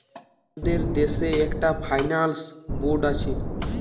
আমাদের দেশে একটা ফাইন্যান্স বোর্ড আছে